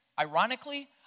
ironically